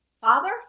father